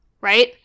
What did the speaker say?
right